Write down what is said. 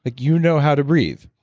ah you know how to breathe.